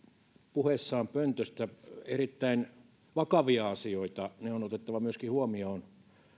puheessaan pöntöstä erittäin vakavia asioita ne on otettava myöskin huomioon